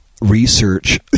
research